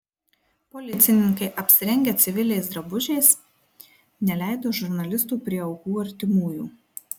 policininkai apsirengę civiliais drabužiais neleido žurnalistų prie aukų artimųjų